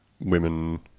women